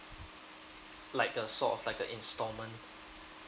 like a sort of like a installment